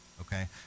Okay